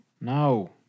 No